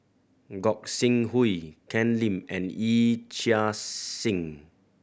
Gog Sing Hooi Ken Lim and Yee Chia Hsing